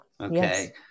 okay